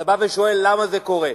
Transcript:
אתה שואל למה זה קורה.